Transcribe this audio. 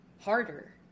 harder